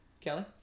Kelly